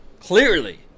clearly